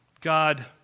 God